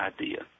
idea